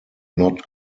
not